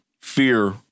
fear